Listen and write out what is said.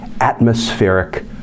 atmospheric